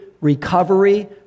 recovery